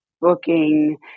Booking